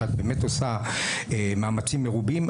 שאת באמת עושה מאמצים מרובים.